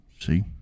See